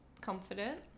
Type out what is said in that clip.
confident